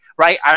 Right